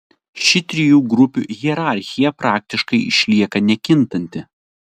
ši trijų grupių hierarchija praktiškai išlieka nekintanti